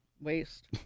waste